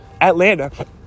Atlanta